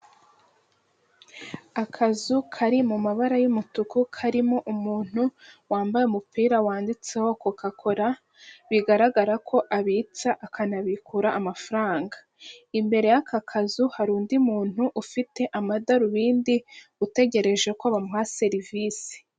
Akazu kari mu mabara y'umutuku karimo umuntu wambaye umupira wanditseho koka kora bigaragara ko abitsa akanabikura amafaranga, imbere y'aka kazu hari undi muntu ufite amadarubindi utegereje ko bamuha serivisi.